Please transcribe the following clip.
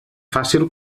fàcil